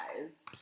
guys